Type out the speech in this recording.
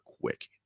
quick